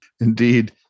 Indeed